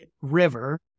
river